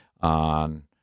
on